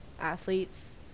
athletes